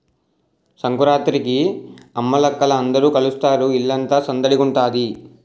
సంకురాత్రికి అమ్మలక్కల అందరూ కలుస్తారు ఇల్లంతా సందడిగుంతాది